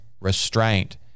restraint